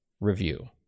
review